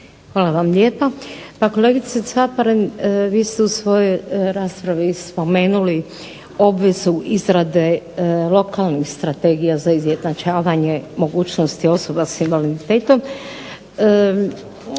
Hvala vam lijepa. Pa kolegice Caparin vi ste u svojoj raspravi spomenuli obvezu izrade lokalnih strategija za izjednačavanje mogućnosti osoba s invaliditetom.